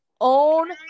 own